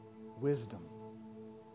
Wisdom